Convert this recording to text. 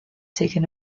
taken